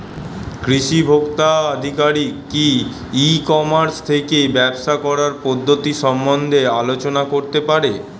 কৃষি ভোক্তা আধিকারিক কি ই কর্মাস থেকে ব্যবসা করার পদ্ধতি সম্বন্ধে আলোচনা করতে পারে?